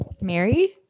Mary